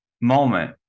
moment